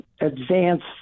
advanced